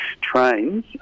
trains